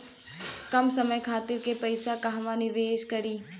कम समय खातिर के पैसा कहवा निवेश करि?